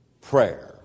prayer